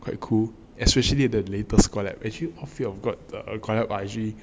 quite cool especially the latest collab actually the fear of god